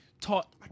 taught